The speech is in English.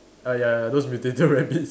ah ya those mutated rabbits